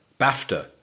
BAFTA